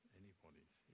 anybody's